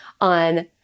on